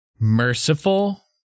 merciful